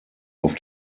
auf